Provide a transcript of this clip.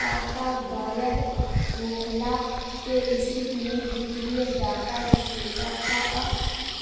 data गायब होखला के स्थिति में वित्तीय डाटा विक्रेता कअ